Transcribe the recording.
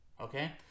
okay